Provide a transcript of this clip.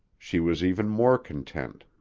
she was even more content.